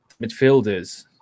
midfielders